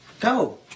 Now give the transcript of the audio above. go